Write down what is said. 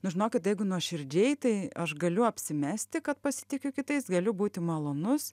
nu žinokit jeigu nuoširdžiai tai aš galiu apsimesti kad pasitikiu kitais galiu būti malonus